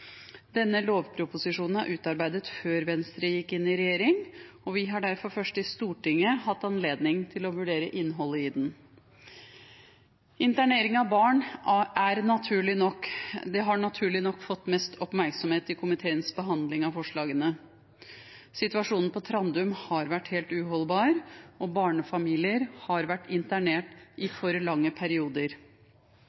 Denne lovproposisjonen er utarbeidet før Venstre gikk inn i regjering, og vi har derfor først i Stortinget hatt anledning til å vurdere innholdet i den. Internering av barn har naturlig nok fått mest oppmerksomhet i komiteens behandling av forslagene. Situasjonen på Trandum har vært helt uholdbar, og barnefamilier har vært internert i